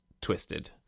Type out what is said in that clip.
twisted